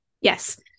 Yes